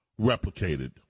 replicated